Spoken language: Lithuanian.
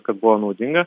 kad buvo naudinga